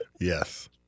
Yes